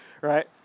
right